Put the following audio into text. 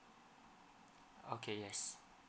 okay yes